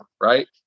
right